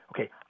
okay